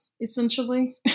essentially